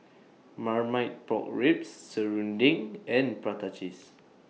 Marmite Pork Ribs Serunding and Prata Cheese